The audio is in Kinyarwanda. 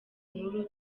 nkuru